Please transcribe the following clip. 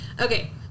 Okay